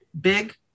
big